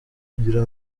kugira